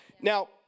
Now